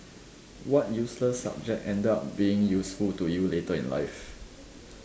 what useless subject ended up being useful to you later in life